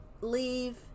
leave